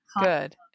Good